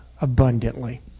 abundantly